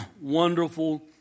wonderful